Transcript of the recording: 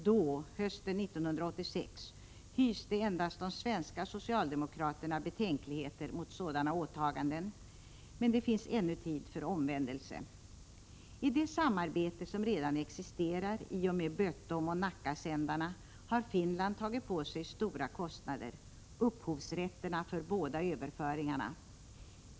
Då — hösten 1986 — hyste endast de svenska socialdemokraterna betänkligheter mot sådana åtaganden, men det finns ännu tid för omvändelse. I det samarbete som redan existerar i och med Bötomoch Nacka-sändarna har Finland tagit på sig stora kostnader: upphovsrätterna för båda överföringarna.